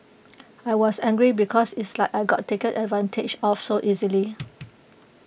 I was angry because it's like I got taken advantage of so easily